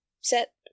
set